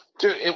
Dude